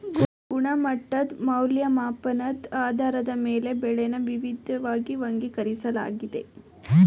ಗುಣಮಟ್ಟದ್ ಮೌಲ್ಯಮಾಪನದ್ ಆಧಾರದ ಮೇಲೆ ಬೆಳೆನ ವಿವಿದ್ವಾಗಿ ವರ್ಗೀಕರಿಸ್ಲಾಗಿದೆ